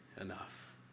enough